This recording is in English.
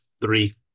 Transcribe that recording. Three